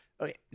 Okay